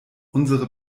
unsere